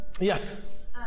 Yes